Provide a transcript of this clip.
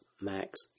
Max